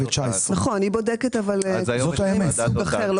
נכון, היא בודקת אבל סוג אחר.